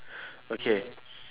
okay